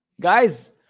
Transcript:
Guys